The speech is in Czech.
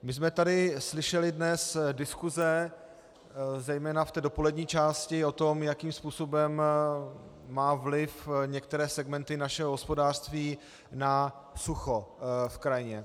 My jsme tady slyšeli dnes diskuse zejména v dopolední části o tom, jakým způsobem mají vliv některé segmenty našeho hospodářství na sucho v krajině.